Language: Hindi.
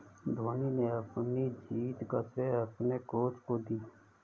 धोनी ने अपनी जीत का श्रेय अपने कोच को दी